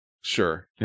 Sure